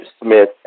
Smith